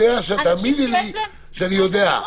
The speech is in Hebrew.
תאמיני לי שאני יודע.